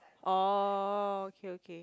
oh okay okay